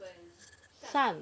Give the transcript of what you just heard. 善